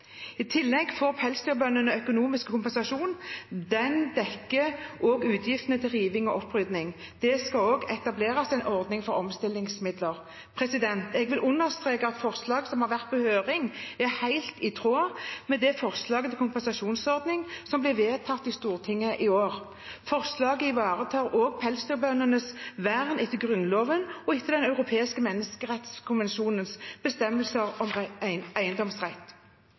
I tillegg får pelsdyrbøndene økonomisk kompensasjon. Den dekker også utgiftene til riving og opprydding. Det skal også etableres en ordning for omstillingsmidler. Jeg vil understreke at forslaget som har vært på høring, er helt i tråd med det forslaget til kompensasjonsordning som ble vedtatt i Stortinget i år. Forslaget ivaretar også pelsdyrbøndenes vern etter Grunnloven og etter Den europeiske menneskerettskonvensjonens bestemmelser om eiendomsrett. Jeg vil gjenta at pelsdyrbøndene for det første får en